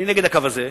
אני נגד הקו הזה,